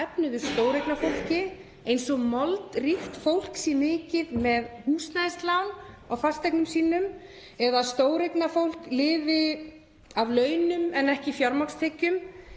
sterkefnuðu stóreignafólki, eins og moldríkt fólk sé mikið með húsnæðislán á fasteignum sínum eða stóreignafólk lifi af launum en ekki fjármagnstekjum.